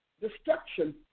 destruction